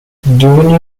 devenu